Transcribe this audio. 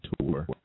tour